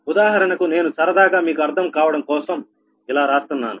ఉదాహరణకు నేను సరదాగా మీకు అర్థం కావడం కోసం ఇలా రాస్తున్నాను